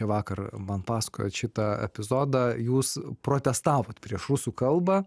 vakar man pasakojot šitą epizodą jūs protestavot prieš rusų kalbą